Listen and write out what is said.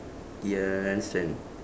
ya I understand